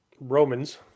Romans